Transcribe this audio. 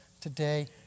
today